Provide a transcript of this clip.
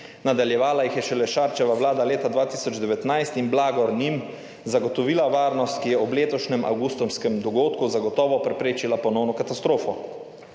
Nadaljevala jih je šele Šarčeva vlada leta 2019 in blagor njim, zagotovila varnost, ki je ob letošnjem avgustovskem dogodku zagotovo preprečila ponovno katastrofo.